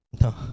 no